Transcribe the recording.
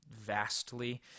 vastly